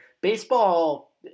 baseball